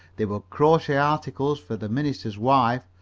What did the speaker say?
they would crochet articles for the minister's wife,